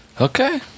Okay